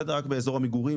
רק באזור המגורים,